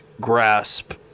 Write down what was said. grasp